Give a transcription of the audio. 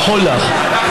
מחול לך.